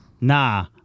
Nah